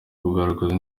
kugaragazwa